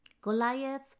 Goliath